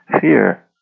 fear